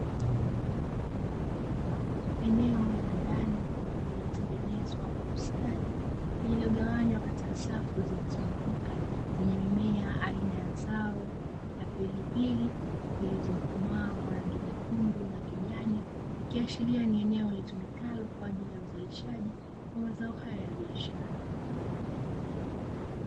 Eneo la ndani lililotengenezwa kwa ustadi lililogawanywa katika safu zilizonyooka zenye mimea aina ya zao la pilipili zilizokomaa kwa rangi nyekundu na kijani, ikiashiria ni eneo litumikalo kwa uzalishaji wa mazao haya ya biashara.